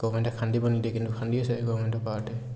গভমেণ্টে খান্দিব নিদিয়ে কিন্তু খান্দি আছে গভমেণ্টৰ